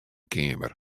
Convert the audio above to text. keamer